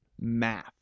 math